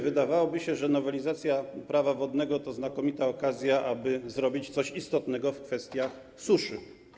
Wydawałoby się, że nowelizacja Prawa wodnego to znakomita okazja, aby zrobić coś istotnego w kwestii suszy.